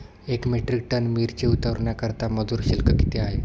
एक metric ton मिरची उतरवण्याकरता मजूर शुल्क किती आहे?